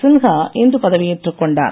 சின்ஹா இன்று பதவி ஏற்றுக்கொண்டார்